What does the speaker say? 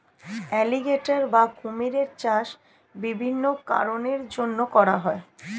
alligator বা কুমিরের চাষ বিভিন্ন কারণের জন্যে করা হয়